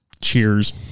cheers